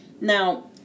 Now